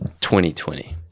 2020